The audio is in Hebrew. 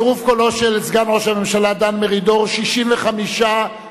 בצירוף קולו של סגן ראש הממשלה דן מרידור, 65 נגד,